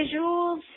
visuals